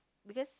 because